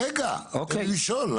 רגע, תן לשאול.